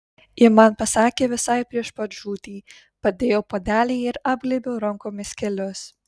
ji man pasakė visai prieš pat žūtį padėjau puodelį ir apglėbiau rankomis kelius